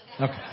Okay